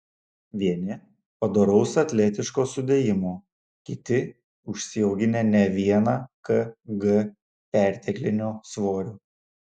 vieni padoraus atletiško sudėjimo kiti užsiauginę ne vieną kg perteklinio svorio